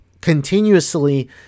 continuously